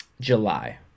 July